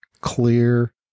clear